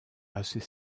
assez